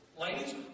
Ladies